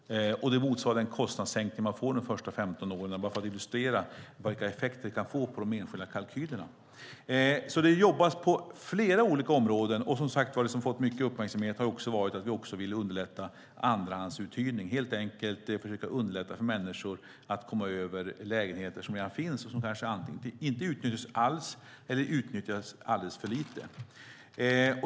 Det motsvarar den kostnadssänkning man får under de första 15 åren - bara för att illustrera vilka effekter det kan få på de enskilda kalkylerna. Det jobbas alltså på flera olika områden. Och, som sagt, det som har fått mycket uppmärksamhet har varit att vi också vill underlätta andrahandsuthyrning, helt enkelt för att underlätta för människor att komma över lägenheter som redan finns men som inte utnyttjas alls eller utnyttjas alldeles för lite.